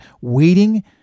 waiting